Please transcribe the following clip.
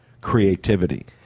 creativity